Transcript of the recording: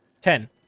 Ten